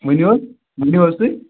ؤنِو حظ ؤنِو حظ تُہۍ